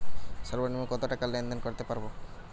সর্বনিম্ন কত টাকা লেনদেন করতে পারবো?